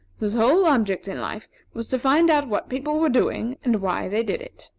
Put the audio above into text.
whose whole object in life was to find out what people were doing and why they did it.